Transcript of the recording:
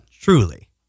Truly